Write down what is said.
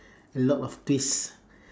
a lot of twists